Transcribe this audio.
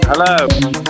Hello